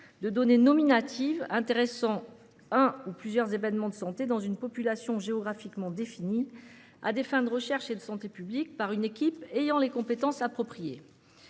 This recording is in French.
de données nominatives intéressant un ou plusieurs événements de santé dans une population géographiquement définie, à des fins de recherche et de santé publique, par une équipe ayant les compétences appropriées